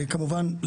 כמובן,